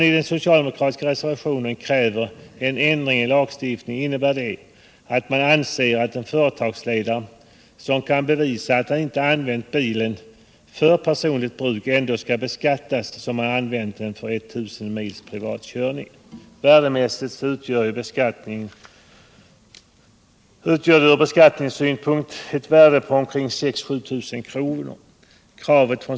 I den socialdemokratiska reservationen krävs en ändring ilagstiftningen, som innebär att en företagsledare som kan bevisa att han inte har använt bilen för personligt bruk ändå skall beskattas som om han använt den för 1 000 mils privat körning. Från beskattningssynpunkt rör det sig här värdemässigt om 6 000-7 000 kr.